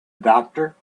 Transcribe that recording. doctor